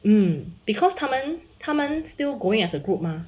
um because 他们他们 still going as a group mah